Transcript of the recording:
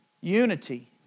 Unity